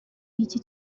iki